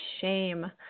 shame